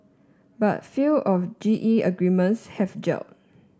but few of G E agreements have gelled